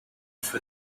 for